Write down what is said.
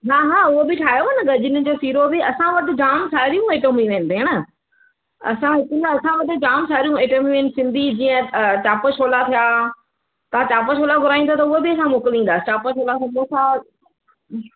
हा हा उहो बि ठायो आहे न गजरुनि जो सीरो बि असां वटि जाम सारियूं आइटमूं आहिनि भेण असां असां वटि जाम सारी आइटमूं आहिनि सिंधी जीअं चाप छोला थिया तव्हां चाप छोला घुराईंदा त उहे बि असां मोकिलींदा चाप छोला सबोसा